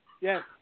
Yes